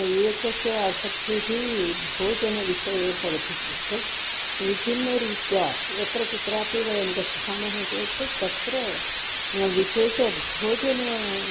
एकस्य आसक्तिः भोजनविषये भवति चेत् विभिन्नरीत्या यत्र कुत्रापि वयं गच्छामः चेत् तत्र विशेषभोजनम्